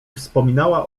wspominała